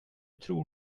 tror